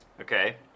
Okay